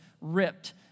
ripped